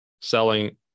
selling